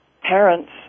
parents